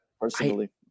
personally